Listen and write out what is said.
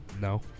no